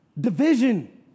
Division